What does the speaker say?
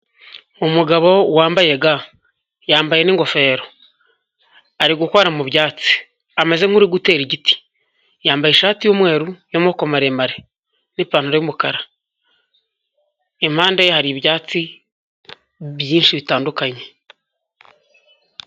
Umugabo wambaye ga yambaye ningofero, ari gukora mu byatsi, ameze nkuri gutera igiti, yambaye ishati y'umweru yamaboko maremare, n'ipantaro y'umukara impandeye hari ibyatsi byinshi bitandukanye.